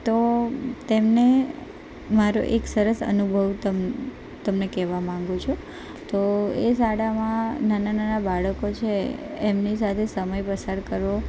તો તેમને મારો સરસ એક અનુભવ તમને કહેવા માગું છું તો એ શાળામાં નાના નાના બાળકો છે એમની સાથે સમય પસાર કરવો